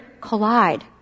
collide